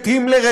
את הימלר,